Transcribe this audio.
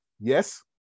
Yes